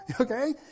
okay